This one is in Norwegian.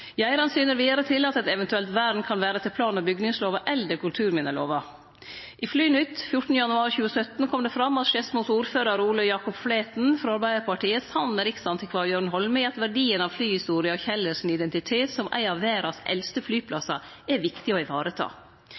Geiran syner vidare til at eit eventuelt vern kan vere etter plan- og bygningslova eller etter kulturminnelova. I Flynytt 14. januar 2017 kom det fram at Skedsmos ordførar, Ole Jacob Flæten frå Arbeidarpartiet, er samd med riksantikvar Jørn Holme i at verdien av flyhistoria og Kjellers identitet som ei av verdas eldste flyplassar er viktig å